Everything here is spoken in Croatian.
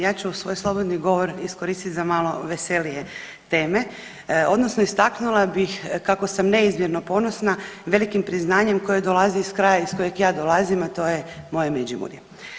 Ja ću svoj slobodni govor iskoristiti za malo veselije teme, odnosno istaknula bih kako sam neizmjerno ponosna velikim priznanjem koje dolazi iz kraja iz kojeg ja dolazim, a to je moje Međimurje.